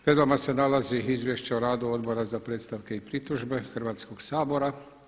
Pred vama se nalazi Izvješće o radu Odbora za predstavke i pritužbe Hrvatskoga sabora.